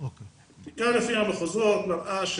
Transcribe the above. בדיקה לפי המחוזות מראה,